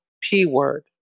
P-word